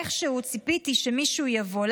איכשהו ציפיתי שמישהו יבוא,